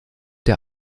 der